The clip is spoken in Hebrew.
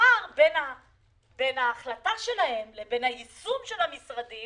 הפער בין ההחלטה שלהם לבין היישום על ידי המשרדים